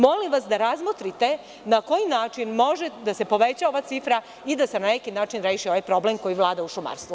Molim vas da razmotrite na koji način može da se poveća ova cifra i da se na neki način reši ovaj problem koji vlada u šumarstvu.